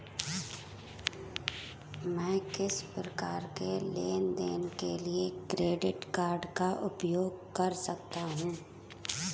मैं किस प्रकार के लेनदेन के लिए क्रेडिट कार्ड का उपयोग कर सकता हूं?